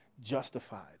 justified